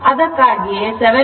ಅದಕ್ಕಾಗಿಯೇ 7